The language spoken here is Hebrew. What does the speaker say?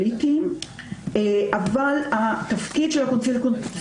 אבל התזכיר מדבר על איזון בין הרשויות.